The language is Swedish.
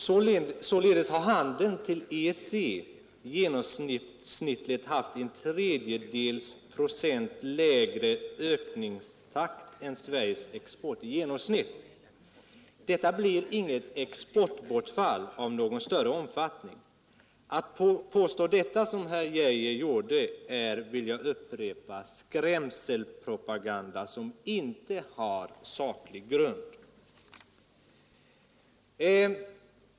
Således har handeln till EEC genomsnittligt haft en tredjedels procent lägre ökningstakt än Sveriges export i genomsnitt. Detta blir inget exportbortfall av någon större omfattning. Att påstå detta, såsom herr Geijer gjorde, är det vill jag upprepa — skrämselpropaganda, som inte har saklig grund.